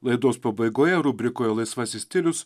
laidos pabaigoje rubrikoje laisvasis stilius